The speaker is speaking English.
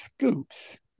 scoops